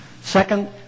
Second